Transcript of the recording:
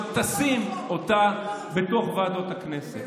שהממשלה הזאת תשים אותה בתוך ועדות הכנסת.